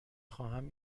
خواهم